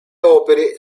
opere